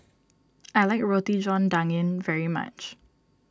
I like Roti John Daging very much